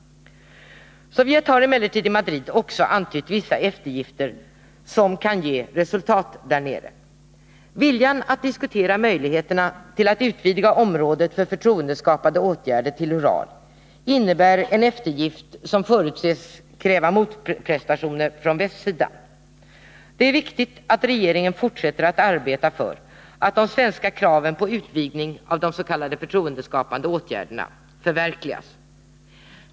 Sovjet har emellertid också i Madrid antytt vissa eftergifter, som kan ge resultat där nere. Viljan att diskutera möjligheterna till att utvidga området för förtroendeskapande åtgärder till Ural innebär en eftergift som förutses kräva motprestationer från västsidan. Det är viktigt att regeringen fortsätter att arbeta för att de svenska kraven på utvidgning av de s.k. förtroendeskapande åtgärderna förverkligas.